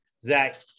Zach